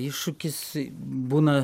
iššūkis būna